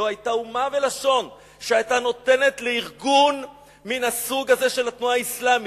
לא היתה אומה ולשון שהיתה נותנת לארגון מן הסוג הזה של התנועה האסלאמית,